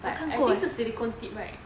but I think 是 silicone tip right